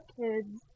kids